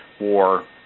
war